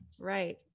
Right